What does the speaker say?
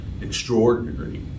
extraordinary